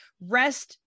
rest